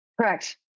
Correct